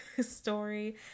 story